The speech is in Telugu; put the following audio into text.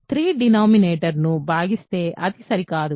3 డినామినేటర్ ను భాగిస్తే అది సరి కాదు